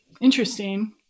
Interesting